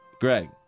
Greg